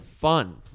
fun